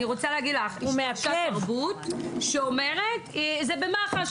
אני רוצה להגיד לך שיש --- שאומרת: "זה במח"ש,